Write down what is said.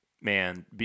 man